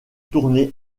tourné